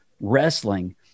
wrestling